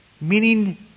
meaning